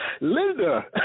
Linda